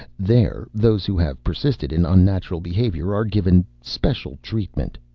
there those who have persisted in unnatural behavior are given special treatment.